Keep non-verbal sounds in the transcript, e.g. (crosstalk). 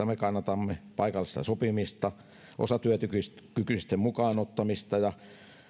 (unintelligible) me kannatamme elinikäistä oppimista paikallista sopimista osatyökykyisten mukaan ottamista ja